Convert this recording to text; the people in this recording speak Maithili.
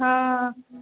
हाँ